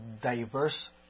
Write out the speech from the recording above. diverse